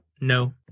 No